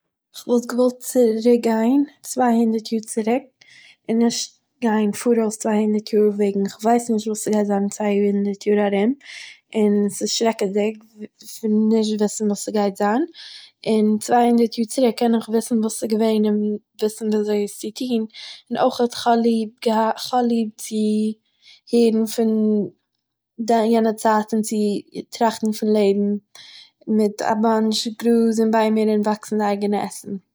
איך וואלט געוואלט צוויי הונדערט יאר צוריק און נישט גיין פאראויס צוויי הונדערט יאר צוריק וועגן איך ווייס נישט וואס גייט זיין אין צוויי הונדערט יאר ארום און ס'איז שרעקעדיג צו נישט וויסן וואס ס'גייט זיין, און צוויי הונדערט יאר צוריק קען איך וויסן וואס ס'איז געווען און וויסן וואס צו טוהן, און אויכ'עט כ'האב ליב גע- כ'האב ליב צו הערן פון דא- יענע צייטן צו טראכטן פון לעבן מיט א באנטש גראז און וואקסן אייגענע עסן